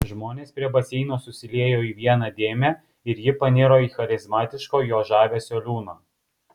žmonės prie baseino susiliejo į vieną dėmę ir ji paniro į charizmatiško jo žavesio liūną